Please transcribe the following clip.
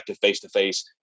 face-to-face